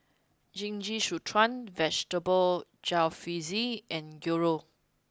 Jingisukan Vegetable Jalfrezi and Gyros